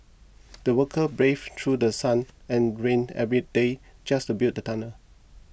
the worker braved through The Sun and rain every day just to build the tunnel